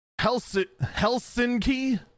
Helsinki